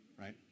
right